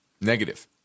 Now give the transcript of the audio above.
negative